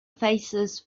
faces